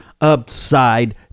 upside